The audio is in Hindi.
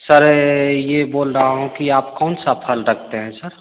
सर ये बोल रहा हूँ कि आप कौन सा फल रखते हैं सर